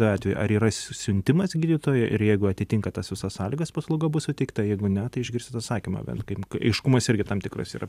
atveju ar yra siuntimas gydytojo ir jeigu atitinka tas visas sąlygas paslauga bus suteikta jeigu ne tai išgirsite atsakymą bet kaip aiškumas irgi tam tikras yra